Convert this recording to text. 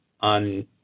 on